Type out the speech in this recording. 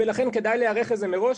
ולכן כדאי להיערך לזה מראש.